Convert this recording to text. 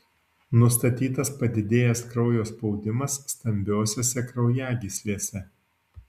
nustatytas padidėjęs kraujo spaudimas stambiosiose kraujagyslėse